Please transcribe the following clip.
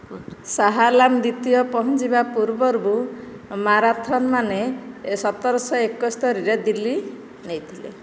ଶାହା ଆଲାମ ଦ୍ୱିତୀୟ ପହଞ୍ଚିବା ପୂର୍ବରୁ ମାରାଥନ୍ମାନେ ସତର ଶହ ଏକସ୍ତରୀରେ ଦିଲ୍ଲୀ ନେଇଥିଲେ